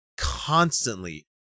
constantly